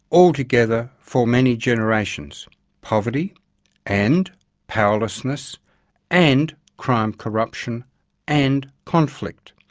all together, for many generations poverty and powerlessness and crime corruption and conflict.